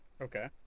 okay